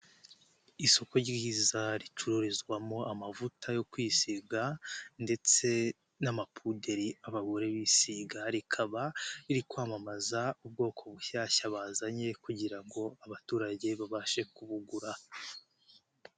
Isoko ryiza ricururizwamo amavuta yo kwisiga ndetse n'amapuderi abagore bisiga rikaba riri kwamamaza ubwoko bushyashya bazanye kugira ngo abaturage babashe kubugura.